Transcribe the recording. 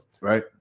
Right